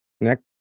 Next